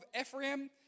Ephraim